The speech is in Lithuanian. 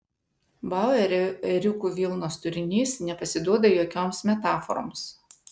bauerio ėriukų vilnos turinys nepasiduoda jokioms metaforoms